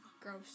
Gross